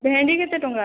ଭେଣ୍ଡି କେତେ ଟଙ୍କା